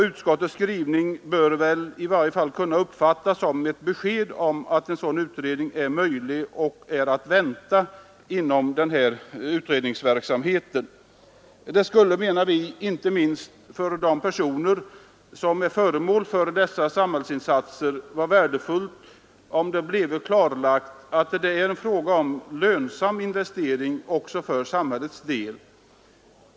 Utskottets skrivning bör i varje fall kunna uppfattas som ett besked om att en sådan utredning är möjlig och är att vänta inom denna utredningsverksamhet. Det skulle, inte minst för dem som är föremål för dessa olika samhällsinsatser, vara värdefullt om det blev klarlagt att det är fråga om en lönsam investering för samhället.